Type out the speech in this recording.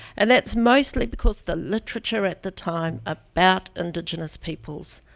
and that's mostly because the literature at the time about indigenous peoples,